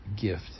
gift